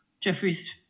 Jeffrey's